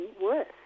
worse